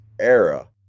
era